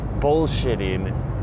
bullshitting